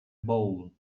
ball